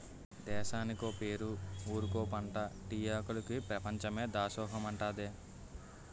దేశానికో పేరు ఊరికో పంటా టీ ఆకులికి పెపంచమే దాసోహమంటాదే